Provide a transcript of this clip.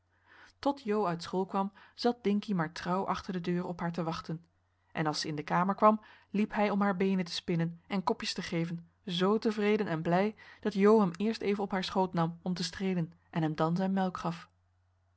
tot jo uit school kwam zat dinkie maar trouw achter de deur op haar te wachten en als ze in de kamer kwam liep hij om haar beenen te spinnen en kopjes te geven z tevreden en blij dat jo hem eerst even op haar schoot nam om te streelen en hem dan zijn melk gaf